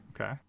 okay